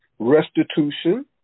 Restitution